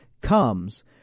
comes